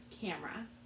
camera